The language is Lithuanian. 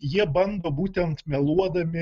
jie bando būtent meluodami